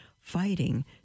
fighting